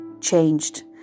changed